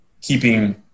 keeping